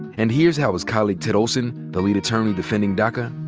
and here's how his colleague ted olson, the lead attorney defending daca,